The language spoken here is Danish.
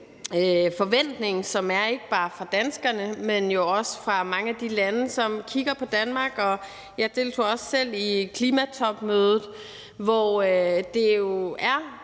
forventning, som er der, ikke bare fra danskerne, men jo også fra mange af de lande, som kigger på Danmark. Jeg deltog selv i klimatopmødet, hvor det jo er